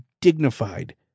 dignified